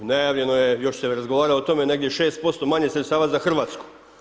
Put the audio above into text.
Najavljeno je, još se razgovara o tome, negdje 6% manje sredstava za Hrvatsku.